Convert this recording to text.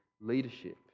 leadership